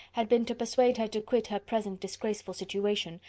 had been to persuade her to quit her present disgraceful situation,